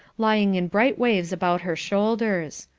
lying in bright waves about her shoulders.